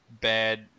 bad